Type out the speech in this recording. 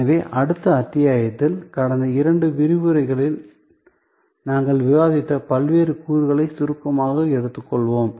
எனவே அடுத்த அத்தியாயத்தில் கடந்த 2 விரிவுரைகளில் நாங்கள் விவாதித்த பல்வேறு கூறுகளை சுருக்கமாக எடுத்துக்கொள்வோம்